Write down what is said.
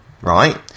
Right